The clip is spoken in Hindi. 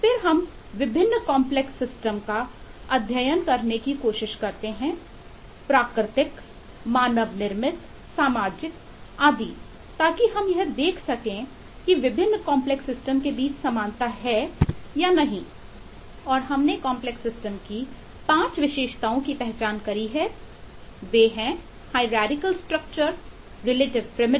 फिर हम विभिन्न कॉम्प्लेक्स सिस्टम